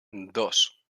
dos